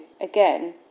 again